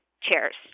chairs